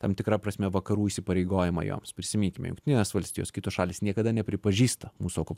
tam tikra prasme vakarų įsipareigojimą joms prisiminkime jungtinės valstijos kitos šalys niekada nepripažįsta mūsų oku